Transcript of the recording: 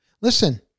Listen